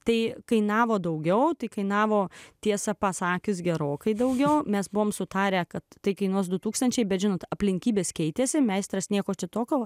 tai kainavo daugiau tai kainavo tiesą pasakius gerokai daugiau mes buvome sutarę kad tai kainuos du tūkstančiai bet žinot aplinkybės keitėsi meistras nieko čia tokio